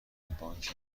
اینترنتی